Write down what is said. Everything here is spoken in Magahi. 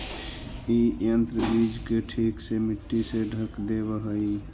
इ यन्त्र बीज के ठीक से मट्टी से ढँक देवऽ हई